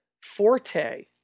Forte